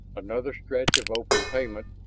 another stretch of open pavement,